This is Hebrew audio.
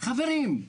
חברים,